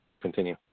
continue